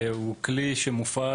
הזה?